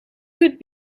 could